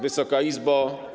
Wysoka Izbo!